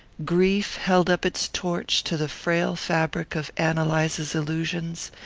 grief held up its torch to the frail fabric of ann eliza's illusions,